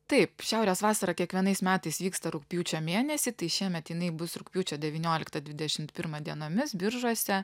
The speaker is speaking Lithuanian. taip šiaurės vasara kiekvienais metais vyksta rugpjūčio mėnesį tai šiemet jinai bus rugpjūčio devynioliktą dvidešimt pirmą dienomis biržuose